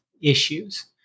issues